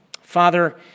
Father